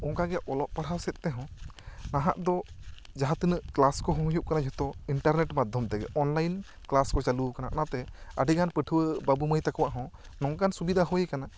ᱚᱱᱠᱟ ᱜᱮ ᱚᱞᱚᱜ ᱯᱟᱲᱦᱟᱣ ᱥᱮᱫ ᱛᱮᱦᱚᱸ ᱱᱟᱦᱟᱜ ᱫᱚ ᱡᱟᱦᱟᱸ ᱛᱤᱱᱟᱜ ᱠᱞᱟᱥ ᱠᱚᱦᱚᱸ ᱦᱩᱭᱩᱜ ᱠᱟᱱᱟ ᱡᱚᱛᱚ ᱤᱱᱴᱟᱨᱱᱮᱴ ᱢᱟᱫᱷᱚᱢ ᱛᱮᱜᱮ ᱳᱱᱞᱟᱭᱤᱱ ᱠᱞᱟᱥ ᱠᱚ ᱪᱟᱹᱞᱩ ᱟᱠᱟᱱᱟ ᱚᱱᱟ ᱛᱮ ᱟᱹᱰᱤ ᱜᱟᱱ ᱯᱟᱹᱴᱷᱩᱭᱟᱹ ᱵᱟᱹᱵᱩ ᱢᱟᱹᱭ ᱛᱟᱠᱚᱣᱟᱜ ᱦᱚᱸ ᱱᱚᱝᱠᱟᱱ ᱥᱩᱵᱤᱫᱟ ᱦᱩᱭᱟᱠᱟᱱᱟ